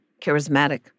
charismatic